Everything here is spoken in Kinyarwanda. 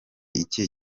ikihe